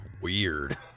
weird